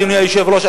אדוני היושב-ראש,